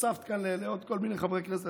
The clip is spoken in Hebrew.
הוספת כאן לעוד כל מיני חברי כנסת,